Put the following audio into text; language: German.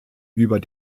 über